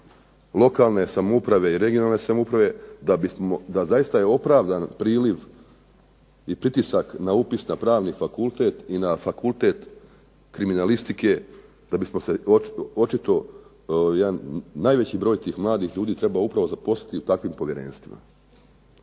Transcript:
lokalne samouprave i regionalne samouprave, da zaista je opravdan priljev i pritisak na upis na Pravni fakultet i na Fakultet kriminalistike da bismo se očito, jedan najveći broj tih mladih ljudi treba upravo zaposliti u takvim povjerenstvima.